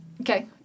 Okay